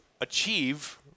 achieve